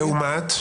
לעומת?